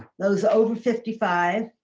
those over fifty five,